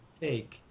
take